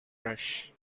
rush